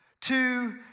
two